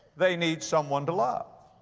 they need someone to love.